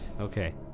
okay